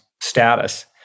status